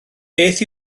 beth